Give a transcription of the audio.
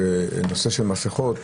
שנושא המסכות